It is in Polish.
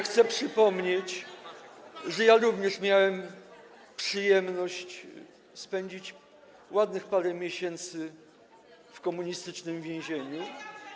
Chcę przypomnieć, że ja również miałem „przyjemność” spędzić ładnych parę miesięcy w komunistycznym więzieniu.